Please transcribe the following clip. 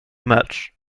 much